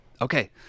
Okay